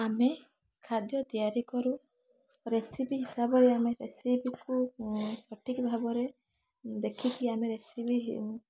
ଆମେ ଖାଦ୍ୟ ତିଆରି କରୁ ରେସିପି ହିସାବରେ ଆମେ ରେସିପିକୁ ସଠିକ୍ ଭାବରେ ଦେଖିକି ଆମେ ରେସିପିକୁ